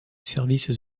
services